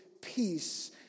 peace